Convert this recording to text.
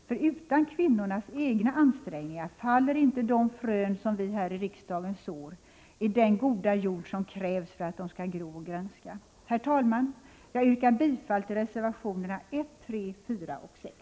För utan kvinnornas egna ansträngningar faller inte de frön som vi här i riksdagen sår i den goda jord som krävs för att de skall gro och grönska. Herr talman! Jag yrkar bifall till reservationerna 1, 3, 4 och 6.